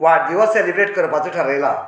वाडदिवस सेलेब्रेट करपाचो थारायला